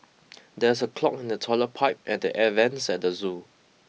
there is a clog in the toilet pipe and the air vents at the zoo